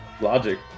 logic